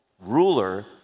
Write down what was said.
ruler